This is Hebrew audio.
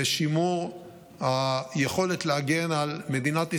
ושימור היכולת להגן על מדינת ישראל,